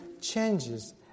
changes